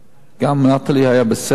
גם "נטלי" היתה בסדר,